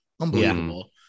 Unbelievable